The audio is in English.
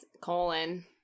Colon